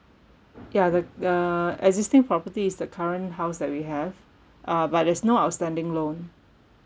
ya the uh existing property is the current house that we have uh but there's no outstanding loan